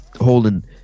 holding